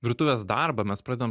virtuvės darbą mes pradedam